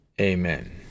Amen